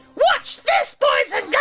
watch this boys